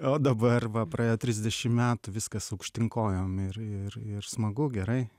o dabar va praėjo trisdešimt metų viskas aukštyn kojom ir ir smagu gerai